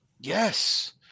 Yes